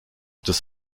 des